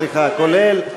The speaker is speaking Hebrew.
כולל,